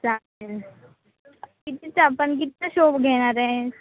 चालेल कितीचा पण कितीचा शो घेणार आहेस